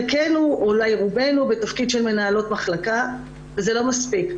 רובנו בתפקיד של מנהלות מחלקה וזה לא מספיק.